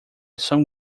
some